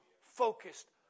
focused